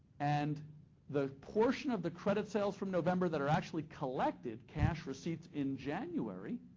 and the portion of the credit sales from november that are actually collected, cash receipts in january,